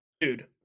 Dude